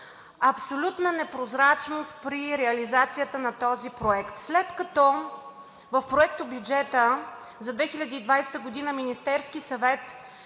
абсолютна непрозрачност при реализацията на този проект. След като в проектобюджета за 2020 г. Министерският съвет